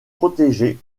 protégés